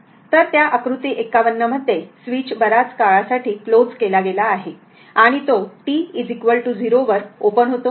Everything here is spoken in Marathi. तर त्या आकृती 51 मध्ये स्विच बर्याच काळासाठी कलोज केला गेला आहे आणि तो t 0 वर ओपन होतो